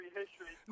history